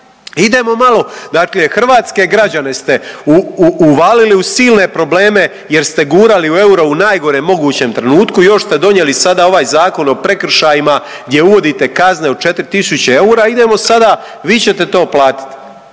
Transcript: idemo malo. Dakle, hrvatske građane ste uvalili u silne probleme jer ste gurali euro u najgorem mogućem trenutku i još ste donijeli sada ovaj zakon o prekršajima gdje uvodite kazne od 4.000 eura, idemo sada vi ćete to platit.